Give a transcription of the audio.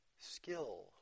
skill